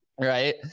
Right